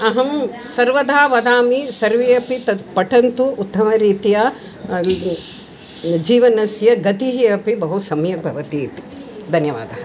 अहं सर्वदा वदामि सर्वे अपि तत् पठन्तु उत्तमरीत्या जीवनस्य गतिः अपि बहु सम्यक् भवति इति धन्यवादः